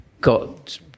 got